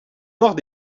nord